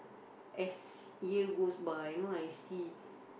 as year goes by you know I see